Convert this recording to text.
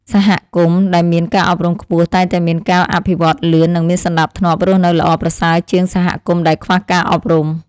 សហគមន៍ដែលមានការអប់រំខ្ពស់តែងតែមានការអភិវឌ្ឍលឿន និងមានសណ្តាប់ធ្នាប់រស់នៅល្អប្រសើរជាងសហគមន៍ដែលខ្វះការអប់រំ។